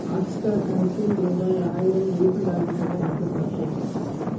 hot star கணக்கில் ரூபாய் ஆயிரம் ரீஃபண்ட் ஆகிவிட்டதா என்று பார்க்கவும்